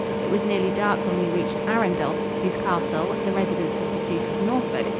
it was nearly dark when we reached arundel, whose castle, the residence of the duke of norfolk,